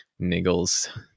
niggles